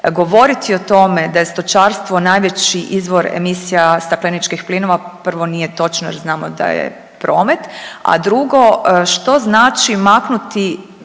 Govoriti o tome da je stočarstvo najveći izvor emisija stakleničkih plinova, prvo nije točno jer znamo da je promet, a drugo što znači maknuti